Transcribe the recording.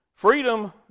Freedom